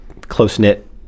close-knit